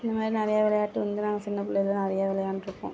இது மாதிரி நிறையா விளையாட்டு வந்து நாங்கள் சின்ன பிள்ளைல நிறையா விளையாண்டிருக்கோம்